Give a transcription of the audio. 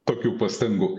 tokių pastangų